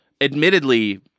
admittedly